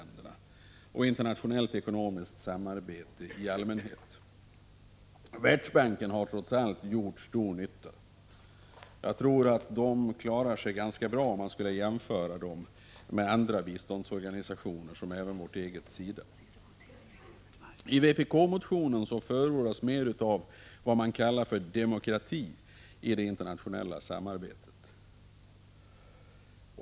1985/86:127 och internationellt ekonomiskt samarbete i allmänhet. Världsbanken har 24 april 1986 trots allt gjort stor nytta. Jag tror att Världsbanken och Valutafonden klarar sig ganska bra, om man skulle jämföra dem med andra biståndsorganisationer som även vårt eget SIDA. I vpk-motionen förordas mer av ”demokrati” i det internationella samarbetet.